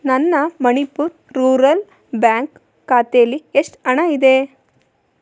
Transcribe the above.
ನನ್ನ Manipur rural bank ಖಾತೇಲ್ಲಿ ಎಷ್ಟು ಹಣ ಇದೆ